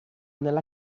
nella